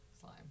slime